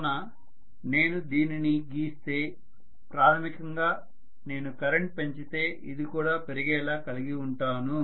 కావున నేను దీనిని గీస్తే ప్రాథమికంగా నేను కరెంట్ పెంచితే ఇది కూడా పెరిగేలా కలిగివుంటాను